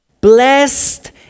Blessed